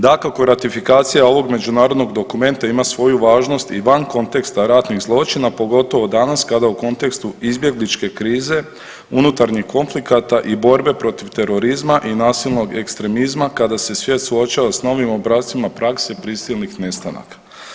Dakako ratifikacija ovog međunarodnog dokumenta ima svoju važnost i van konteksta ratnih zločina, pogotovo danas kada u kontekstu izbjegličke krize, unutarnjih konflikata i borbe protiv terorizma i nasilnog ekstremizma kada se svijet suočava sa novim obrascima prakse prisilnih nestanaka.